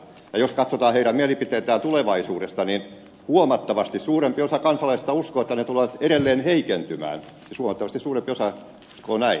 jos katsotaan heidän mielipiteitään tulevaisuudesta niin huomattavasti suurempi osa kansalaisista uskoo että ne tulevat edelleen heikentymään siis huomattavasti suurempi osa uskoo näin